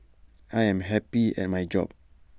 I am happy at my job